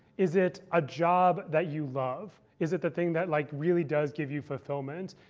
is it a job that you love? is it the thing that like really does give you fulfillment?